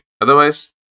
Otherwise